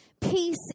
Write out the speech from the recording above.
Peace